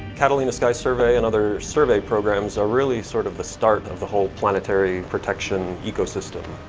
catalina sky survey and other survey programs, are really sort of the start of the whole planetary protection ecosystem.